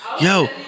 yo